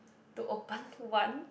to open one